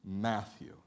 Matthew